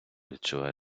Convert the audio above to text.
відчуває